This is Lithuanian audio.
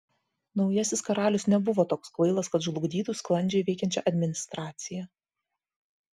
naujasis karalius nebuvo toks kvailas kad žlugdytų sklandžiai veikiančią administraciją